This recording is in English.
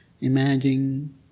Imagine